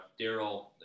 Daryl